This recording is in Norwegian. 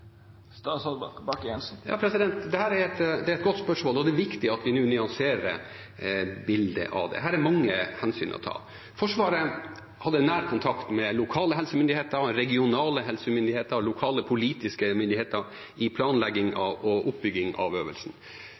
Det er et godt spørsmål, og det er viktig at vi nå nyanserer bildet av dette. Det er mange hensyn å ta. Forsvaret hadde nær kontakt med lokale helsemyndigheter, regionale helsemyndigheter, lokale politiske myndigheter i planlegging og oppbygging av øvelsen.